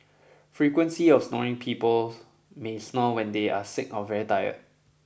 frequency of snoring people may snore when they are sick or very tired